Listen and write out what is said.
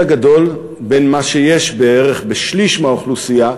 הגדול בין מה שיש בערך בשליש מהאוכלוסייה,